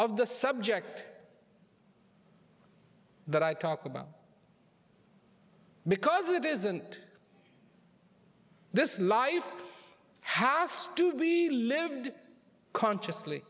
of the subject that i talk about because it isn't this life house to be lived consciously